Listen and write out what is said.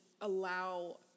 allow